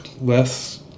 less